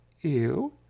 ew